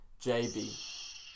JB